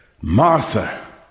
Martha